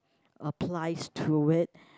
applies to it